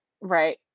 Right